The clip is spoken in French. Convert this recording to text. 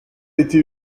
été